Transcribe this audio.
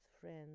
friends